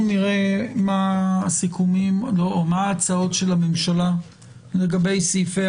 אנחנו נראה מה הצעות הממשלה לגבי סעיפי